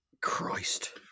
Christ